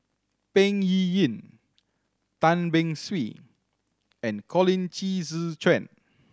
Peng Yuyun Tan Beng Swee and Colin Qi Zhe Quan